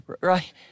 Right